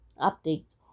updates